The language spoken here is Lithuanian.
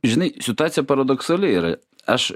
žinai situacija paradoksali ir aš